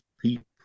people